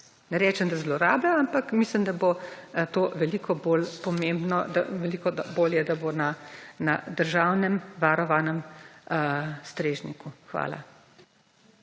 Ne rečem, da zlorabljajo, ampak mislim, da bo veliko bolje, da bo na državnem varovanem strežniku. Hvala.